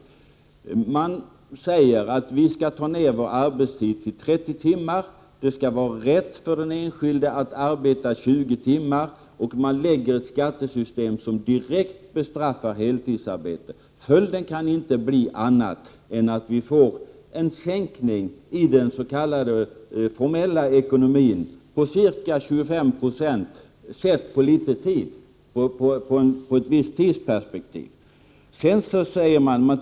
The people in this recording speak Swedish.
Miljöpartiet säger att vi skall ta ner vår arbetstid till 30 timmar. Den enskilde skall ha rätt att arbeta 20 timmar, och man föreslår ett skattesystem som direkt bestraffar heltidsarbete. Följden kan inte bli annat än att vi får en sänkning i den s.k. formella ekonomin på ca 25 9 sett på litet sikt.